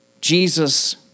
Jesus